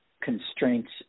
constraints